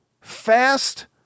fast